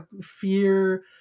Fear